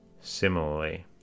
Similarly